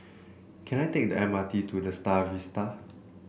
can I take the M R T to The Star Vista